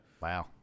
Wow